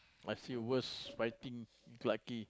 I see the worst fighting in Clarke-Quay